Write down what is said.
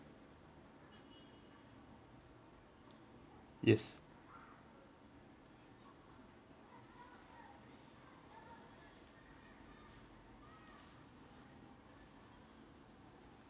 yes